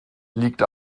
liegt